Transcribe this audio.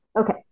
Okay